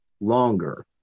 longer